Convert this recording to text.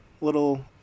little